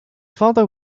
father